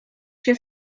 się